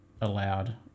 allowed